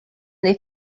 they